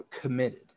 committed